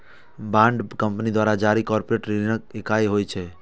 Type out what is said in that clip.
bond company द्वारा जारी corporate ऋणक इकाइ होइ छै